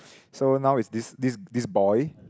so now is this this this boy